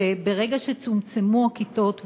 שברגע שצומצמו הכיתות,